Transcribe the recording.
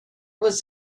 was